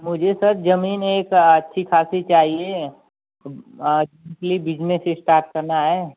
मुझे सर ज़मीन एक अच्छी ख़ासी चाहिए इसलिए बिजनेस इस्टार्ट करना है